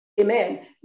Amen